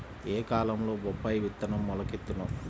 ఏ కాలంలో బొప్పాయి విత్తనం మొలకెత్తును?